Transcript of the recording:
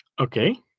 okay